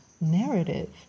narrative